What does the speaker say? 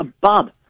Bob